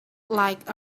like